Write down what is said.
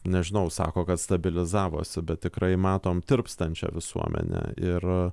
nežinau sako kad stabilizavosi bet tikrai matom tirpstančią visuomenę ir